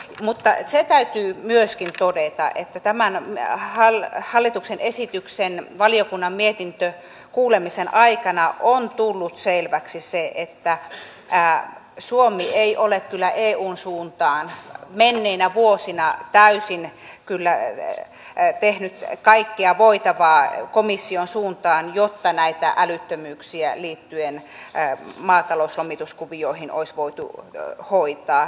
mutta se täytyy myöskin todeta että tämän hallituksen esityksen valiokunnan mietintökuulemisen aikana on tullut selväksi se että suomi ei ole kyllä eun suuntaan menneinä vuosina täysin tehnyt kaikkea voitavaa komission suuntaan jotta näitä älyttömyyksiä liittyen maatalouslomituskuvioihin olisi voitu hoitaa